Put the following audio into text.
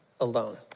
alone